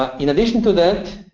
in addition to that,